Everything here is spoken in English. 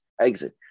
exit